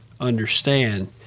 understand